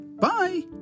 Bye